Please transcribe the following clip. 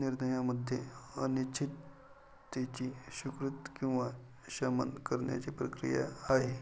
निर्णयामध्ये अनिश्चिततेची स्वीकृती किंवा शमन करण्याची प्रक्रिया आहे